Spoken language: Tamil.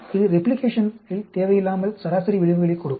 இது ரெப்ளிகேஷனின் தேவையில்லாமல் சராசரி விளைவுகளையும் கொடுக்கும்